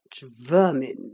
vermin